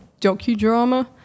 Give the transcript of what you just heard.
docudrama